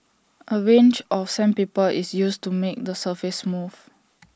A range of sandpaper is used to make the surface smooth